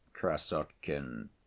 krasotkin